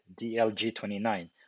DLG-29